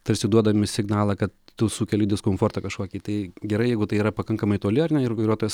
tarsi duodami signalą kad tu sukeli diskomfortą kažkokį tai gerai jeigu tai yra pakankamai toli ar ne ir vairuotojas